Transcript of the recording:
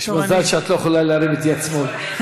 יש מזל שאת לא יכולה להרים את יד שמאל.